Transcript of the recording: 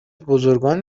بزرگان